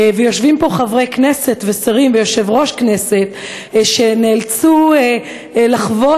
ויושבים פה חברי כנסת ושרים ויושב-ראש כנסת שנאלצו לחוות